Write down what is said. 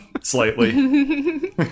slightly